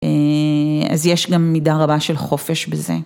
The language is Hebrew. אז יש גם מידה רבה של חופש בזה.